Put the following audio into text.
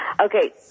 Okay